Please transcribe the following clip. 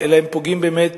אלא הם פוגעים באמת